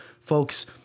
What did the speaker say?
folks